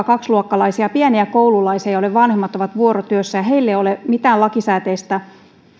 kaksi luokkalaisia pieniä koululaisia joiden vanhemmat ovat vuorotyössä ja heillä ei ole mitään lakisääteistä